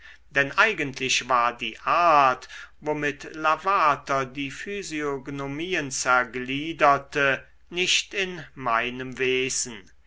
denn eigentlich war die art womit lavater die physiognomien zergliederte nicht in meinem wesen